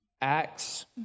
Acts